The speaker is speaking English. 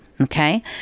Okay